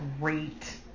great